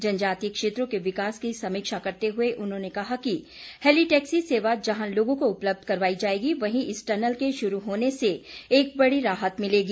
जनजातीय क्षेत्रों के विकास की समीक्षा करते हुए उन्होंने कहा कि हैलिटैक्सी सेवा जहां लोगों को उपलब्ध करवाई जाएगी वहीं इस टनल के शुरू होने से एक बड़ी राहत मिलेगी